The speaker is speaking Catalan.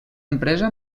empresa